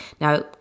now